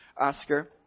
Oscar